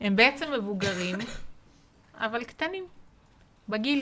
הם בעצם מבוגרים אבל קטנים בגיל.